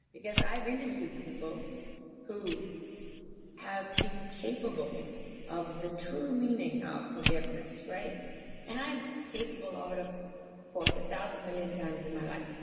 because i've interviewed people who have been capable of the true meaning of forgiveness. and i'm capable of it, of course, a thousand million times in my life,